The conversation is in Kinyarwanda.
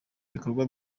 bikorwa